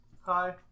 Hi